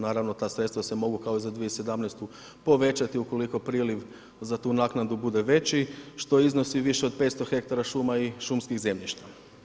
Naravno, ta sredstva se mogu kao i za 2017. povećati ukoliko priliv za tu naknadu bude veći, što iznosi više od 500 hektara šuma i šumskih zemljišta.